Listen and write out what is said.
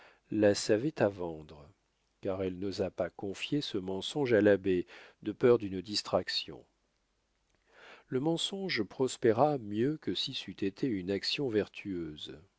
la savait à vendre car elle n'osa pas confier ce mensonge à l'abbé de peur d'une distraction le mensonge prospéra mieux que si c'eût été une action vertueuse